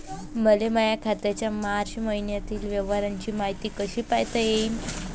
मले माया खात्याच्या मार्च मईन्यातील व्यवहाराची मायती कशी पायता येईन?